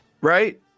Right